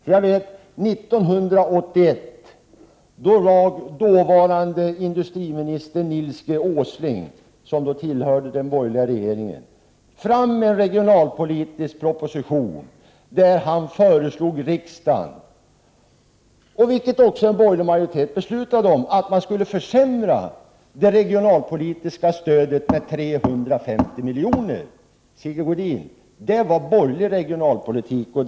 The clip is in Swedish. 1981 lade dåvarande industriministern Nils G. Åsling, som ju tillhörde den borgerliga regeringen, fram en regionalpolitisk proposition där han föreslog riksdagen att man skulle försämra det regionalpolitiska stödet med 350 miljoner. Så beslutade också den borgerliga majoriteten. Det var borgerlig regionalpolitik, Sigge Godin.